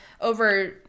over